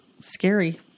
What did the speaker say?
scary